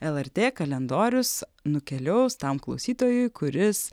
lrt kalendorius nukeliaus tam klausytojui kuris